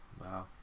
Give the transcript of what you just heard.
wow